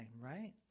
right